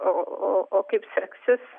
o o kaip seksis